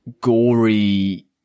gory